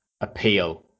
appeal